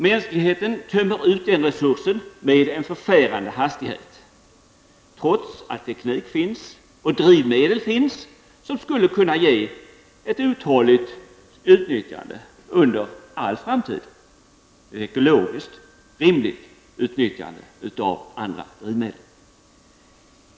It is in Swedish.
Mänskligheten tömmer ut den resursen med en förfärande hastighet trots att teknik finns och drivmedel finns som skulle kunna ge ett uthålligt utnyttjande under all framtid, och ett ekologiskt rimligt utnyttjande av andra drivmedel.